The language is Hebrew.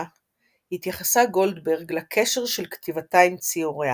התייחסה גולדברג לקשר של כתיבתה עם ציוריה